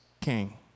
King